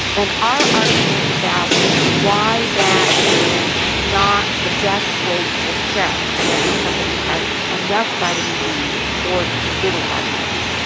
and our article is about why that is not the best way to assess whether somebody has enough vitamin d or too little vitamin d.